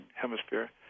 hemisphere